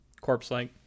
corpse-like